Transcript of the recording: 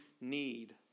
need